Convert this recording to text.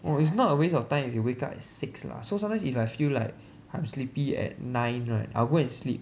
no it's not a waste of time if you wake up at six lah so sometimes if I feel like I'm sleepy at nine right I'll go and sleep